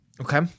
Okay